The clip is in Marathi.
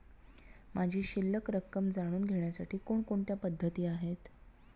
माझी शिल्लक रक्कम जाणून घेण्यासाठी कोणकोणत्या पद्धती आहेत?